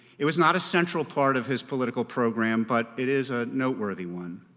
it was not a central part of his political program, but it is a noteworthy one.